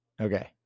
Okay